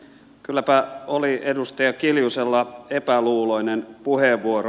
kylläpä oli edustaja kiljusella epäluuloinen puheenvuoro